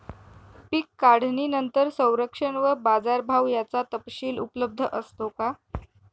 पीक काढणीनंतर संरक्षण व बाजारभाव याचा तपशील उपलब्ध असतो का?